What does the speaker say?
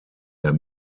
der